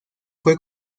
fue